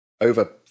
over